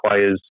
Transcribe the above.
requires